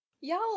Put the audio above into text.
Y'all